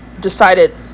decided